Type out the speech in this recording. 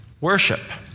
worship